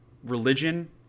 religion